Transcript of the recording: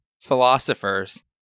philosophers